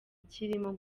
kirimo